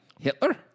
Hitler